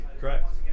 Correct